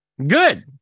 good